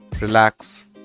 relax